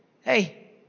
Hey